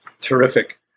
terrific